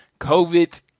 COVID